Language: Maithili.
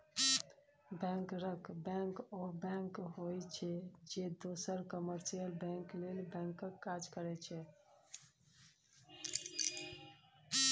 बैंकरक बैंक ओ बैंक होइ छै जे दोसर कामर्शियल बैंक लेल बैंकक काज करै छै